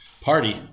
party